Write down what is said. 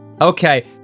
Okay